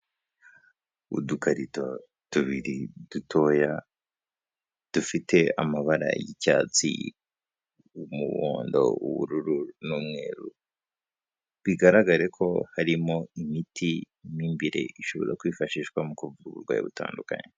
Udukarito tubiri dutoya, dufite amabara y'icyatsi, umuhondo, ubururu n'umweru. Bigaragare ko harimo imiti, mo imbere ishobora kwifashishwa mu kuvura uburwayi butandukanye.